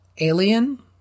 alien